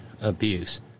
abuse